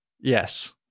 Yes